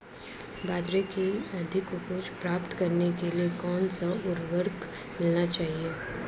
बाजरे की अधिक उपज प्राप्त करने के लिए कौनसा उर्वरक मिलाना चाहिए?